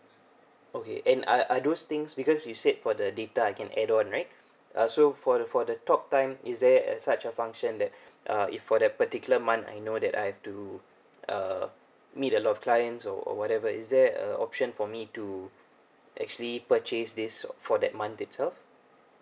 okay and are are those things because you said for the data I can add on right uh so for the for the talk time is there at such a function that uh if for that particular month I know that I have to uh meet a lot of clients or whatever is there a option for me to actually purchase this for that month itself